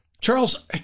Charles